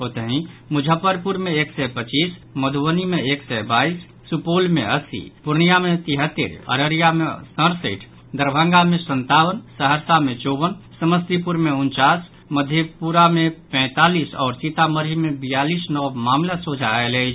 ओतहि मुजफ्फरपुर मे एक सय पच्चीस मधुबनी मे एक सय बाईस सुपौल मे अस्सी पूर्णियां मे तिहत्तरि अररिया मे सड़सठि दरभंगा मे संतावन सहरसा मे चौवन समस्तीपुर मे उनचास मधेपुरा मे पैंतालीस आओर सीतामढ़ी मे बियालीस नव मामिला सोझा आयल अछि